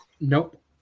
Nope